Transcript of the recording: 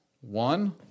One